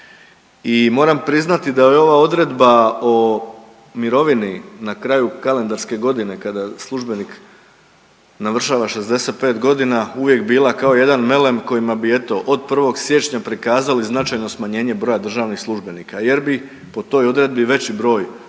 i moram priznati da je ova odredba o mirovini na kraju kalendarske godine kada službenik navršava 65 godina uvijek bila kao jedan melem kojima bi eto od 1. siječnja prikazali značajno smanjenje broja državnih službenika jer bi po toj odredbi veći broj službenika